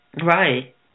Right